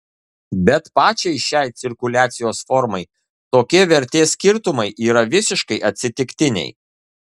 bet pačiai šiai cirkuliacijos formai tokie vertės skirtumai yra visiškai atsitiktiniai